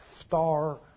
star